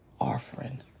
offering